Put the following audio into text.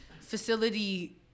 facility